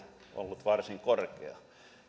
ollut varsin korkea